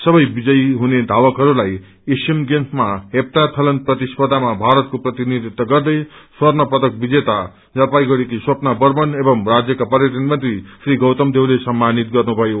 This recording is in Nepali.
सबै विजयी हुन धवकहरूलाई एशियन गेम्समा हेप्टाथलन प्रतिर्स्पधामा भारतको प्रतिनिधित्व गर्दै स्वर्ण पदक प्राप्त गन्ने जलपाइगुड़ी की स्वपना वर्मन एवं राज्यका पर्यटन मंत्री श्री गौतम देवले सम्मानित गरे